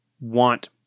want